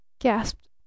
gasped